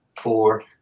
four